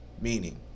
Meaning